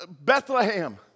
Bethlehem